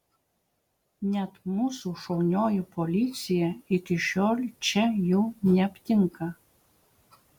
net mūsų šaunioji policija iki šiol čia jų neaptinka